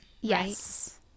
Yes